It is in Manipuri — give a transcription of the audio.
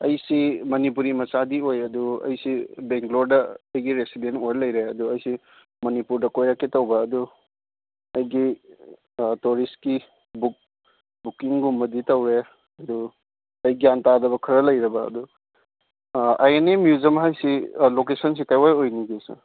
ꯑꯩꯁꯤ ꯃꯅꯤꯄꯨꯔꯤ ꯃꯆꯥꯗꯤ ꯑꯣꯏ ꯑꯗꯨ ꯑꯩꯁꯤ ꯕꯦꯡꯒ꯭ꯂꯣꯔꯗ ꯑꯩꯒꯤ ꯔꯦꯁꯤꯗꯦꯟ ꯑꯣꯏ ꯂꯩꯔꯦ ꯑꯗꯨ ꯑꯩꯁꯤ ꯃꯅꯤꯄꯨꯔꯗ ꯀꯣꯏꯔꯛꯀꯦ ꯇꯧꯕ ꯑꯗꯨ ꯑꯩꯒꯤ ꯇꯨꯔꯤꯁꯀꯤ ꯕꯨꯛ ꯕꯨꯛꯀꯤꯡꯒꯨꯝꯕꯗꯤ ꯇꯧꯔꯦ ꯑꯗꯨ ꯑꯩ ꯒ꯭ꯌꯥꯟ ꯇꯥꯗꯕ ꯈꯔ ꯂꯩꯔꯕ ꯑꯗꯨ ꯑꯥꯏ ꯑꯦꯟ ꯑꯦ ꯃ꯭ꯌꯨꯖꯝ ꯍꯥꯏꯔꯤꯁꯤ ꯂꯣꯀꯦꯁꯟꯁꯤ ꯀꯗꯥꯏ ꯋꯥꯏ ꯑꯣꯏꯅꯤ ꯁꯥꯔ